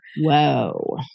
Whoa